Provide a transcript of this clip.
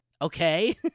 Okay